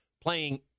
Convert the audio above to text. playing